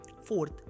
Fourth